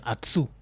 Atsu